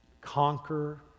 Conquer